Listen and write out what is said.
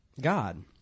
God